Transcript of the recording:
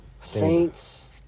Saints